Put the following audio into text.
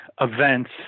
events